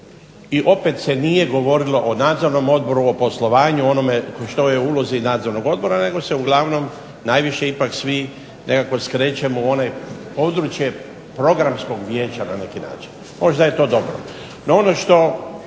i opet se nije govorilo o nadzornom odgovoru, o poslovanju, onome što je u ulozi nadzornog odbora, nego se uglavnom najviše ipak svi nekako srećemo u ono područje programskog vijeća na neki način. Možda je to dobro.